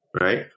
right